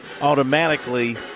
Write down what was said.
automatically